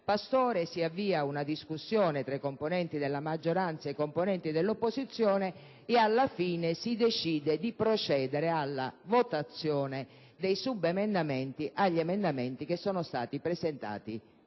Pastore), si avvia una discussione tra i componenti della maggioranza e i componenti dell'opposizione e, alla fine, si decide di procedere alla votazione dei subemendamenti agli emendamenti che sono stati presentati